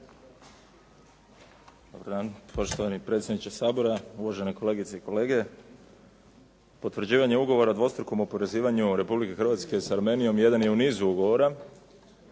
Dobar dan poštovani predsjedniče Sabora, uvaženi kolegice i kolege. Potvrđivanje Ugovora o dvostrukom oporezivanju Republike Hrvatske sa Armenijom jedan je u nizu ugovora